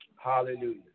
Hallelujah